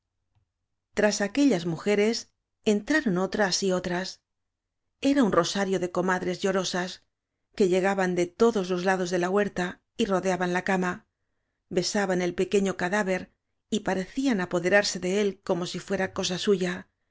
tras aquellas mujeres entraron otras y otras era un rosario de comadres llorosas que llegaban de todos los lados de la huerta y rodeaban la cama besaban el pequeño ca dáver y parecían apoderarse de él como si fuera cosa suya